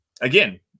again